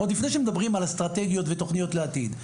עוד לפני שמדברים על אסטרטגיות ותכניות לעתיד,